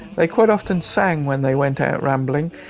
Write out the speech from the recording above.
they quite often sang when they went out rambling,